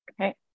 Okay